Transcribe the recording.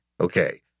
Okay